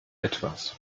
etwas